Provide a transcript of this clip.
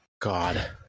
god